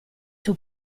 suo